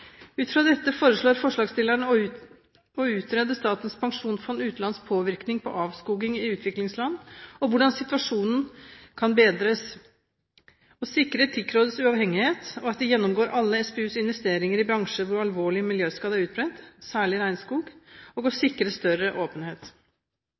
Ut fra dette foreslår forslagsstilleren å utrede Statens pensjonsfond utlands påvirkning på avskoging i utviklingsland og hvordan situasjonen kan bedres, å sikre Etikkrådets uavhengighet og at de gjennomgår alle SPUs investeringer i bransjer hvor alvorlig miljøskade er utbredt, særlig regnskog, og å